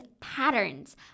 patterns